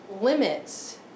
limits